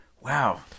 wow